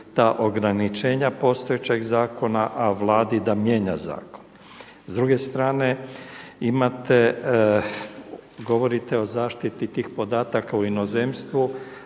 ta ograničenja postojećeg zakona, a Vladi da mijenja zakon? S druge strane, imate, govorite o zaštiti tih podataka u inozemstvu.